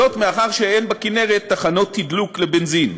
מאחר שאין בכינרת תחנות תדלוק לבנזין.